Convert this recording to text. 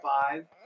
five